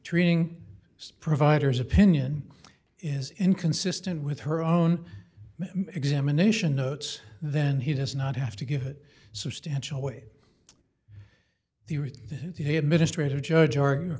treating providers opinion is inconsistent with her own examination notes then he does not have to give it substantial way the the administrative judge or